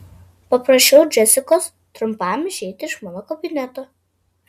paprašiau džesikos trumpam išeiti iš mano kabineto